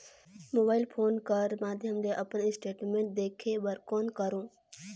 Mobile phone कर माध्यम ले अपन स्टेटमेंट देखे बर कौन करों?